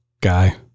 guy